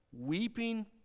weeping